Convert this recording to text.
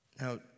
Now